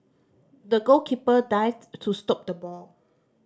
the goalkeeper dived to stop the ball